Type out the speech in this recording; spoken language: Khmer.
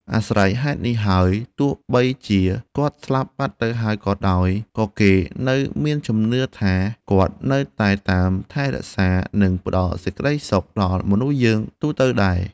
អាស្រ័យហេតុនេះហើយ ទោះបីជាគាត់ស្លាប់បាត់ទៅហើយក៏ដោយ ក៏គេនៅមានជំនឿថាគាត់នៅតែតាមថែរក្សា និងផ្តល់សេចក្តីសុខដល់មនុស្សយើងទូទៅដែរ។